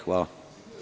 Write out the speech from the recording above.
Hvala.